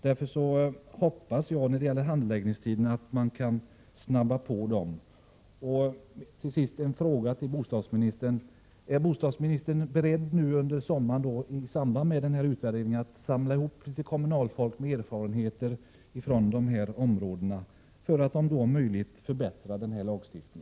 Därför hoppas jag att man kan snabba på handläggningstiderna. Är bostadsministern beredd att nu i sommar i samband med utvärderingen samla ihop kommunalfolk med erfarenheter från dessa områden, för att då om möjligt förbättra denna lagstiftning?